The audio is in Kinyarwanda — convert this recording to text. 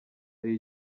hari